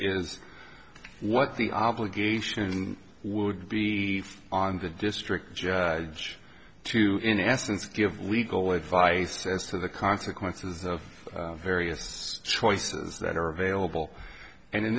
is what the obligation would be on the district judge to in essence give legal advice as to the consequences of various choices that are available and in